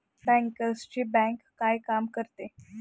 बँकर्सची बँक काय काम करते?